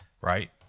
right